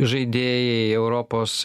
žaidėjai europos